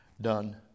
done